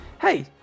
hey